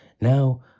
now